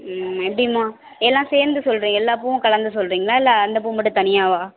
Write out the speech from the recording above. ம் எப்படிம்மா எல்லாம் சேர்ந்து சொல்லுறேன் எல்லா பூவும் கலந்து சொல்லுறிங்களா இல்லை அந்த பூ மட்டும் தனியாகவா